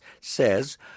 says